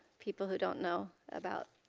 people who don't know about